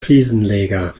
fliesenleger